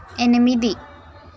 ఎనిమిది